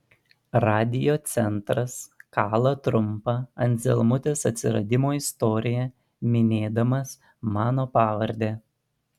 radiocentras kala trumpą anzelmutės atsiradimo istoriją minėdamas mano pavardę